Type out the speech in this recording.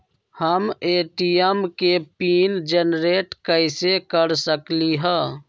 हम ए.टी.एम के pin generate कईसे कर सकली ह?